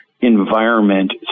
environment